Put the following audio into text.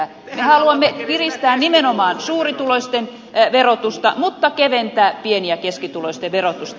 me haluamme kiristää nimenomaan suurituloisten verotusta mutta keventää pieni ja keskituloisten verotusta